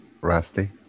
Rusty